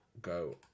Go